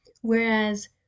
Whereas